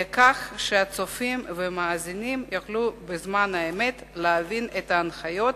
כך שהצופים והמאזינים יוכלו בזמן אמת להבין את ההנחיות